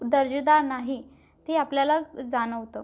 दर्जेदार नाही ते आपल्याला जाणवतं